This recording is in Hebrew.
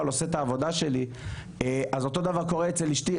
עושה את העבודה שלי אז אותו דבר קורה אצל אשתי,